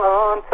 on